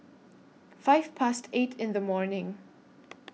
five Past eight in The morning